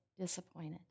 disappointed